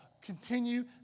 continue